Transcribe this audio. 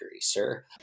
sir